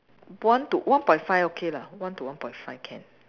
one to one point five okay lah one to one point five can